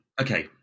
okay